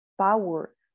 power